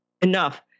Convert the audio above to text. enough